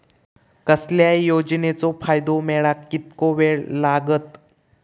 कसल्याय योजनेचो फायदो मेळाक कितको वेळ लागत?